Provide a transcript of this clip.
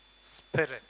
Spirit